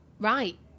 Right